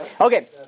Okay